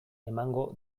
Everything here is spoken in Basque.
emango